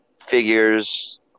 figures